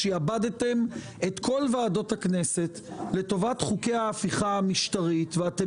שעבדתם את כל ועדות הכנסת לטובת חוקי ההפיכה המשטרית ואתם